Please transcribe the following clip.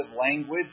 language